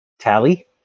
Tally